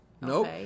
Nope